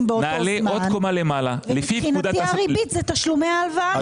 באותו זמן ומבחינתי הריבית היא תשלומי העבר.